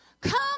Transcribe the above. come